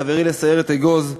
חברי לסיירת אגוז,